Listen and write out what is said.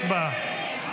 הצבעה,